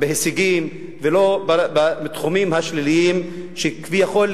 ולא בתחומים השליליים שהם כביכול,